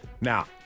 now